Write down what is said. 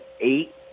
eight